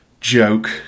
joke